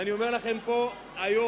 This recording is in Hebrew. ואני אומר לכם פה היום,